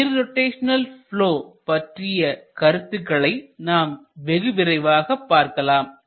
irrotational flow பற்றிய கருத்துக்களை நாம் வெகுவிரைவாக பார்க்கலாம்